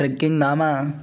trekking नाम